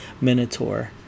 minotaur